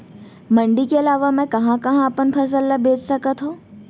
मण्डी के अलावा मैं कहाँ कहाँ अपन फसल ला बेच सकत हँव?